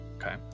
Okay